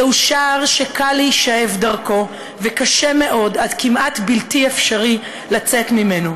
זהו שער שקל להישאב דרכו וקשה מאוד עד כמעט בלתי אפשרי לצאת ממנו.